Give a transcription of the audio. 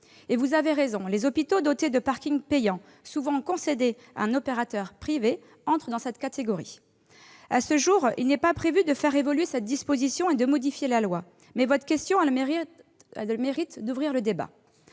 vous avez raison, les hôpitaux dotés de parkings payants, souvent concédés à un opérateur privé, entrent dans cette catégorie. À ce jour, il n'est pas prévu de faire évoluer cette disposition et de modifier la loi, ce sujet n'ayant pas été